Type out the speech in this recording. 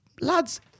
lads